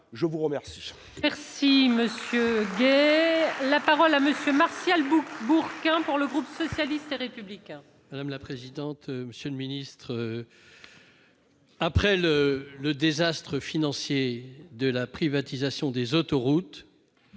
je vous remercie